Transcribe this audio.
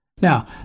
Now